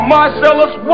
Marcellus